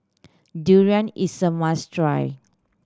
durian is a must try